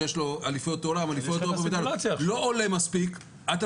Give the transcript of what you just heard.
שיש לו אליפויות עולם לא עולה מספיק --- אז יש לך את הסימולציה עכשיו.